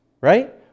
Right